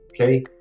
okay